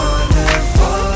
Wonderful